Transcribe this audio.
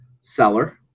seller